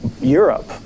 Europe